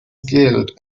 killed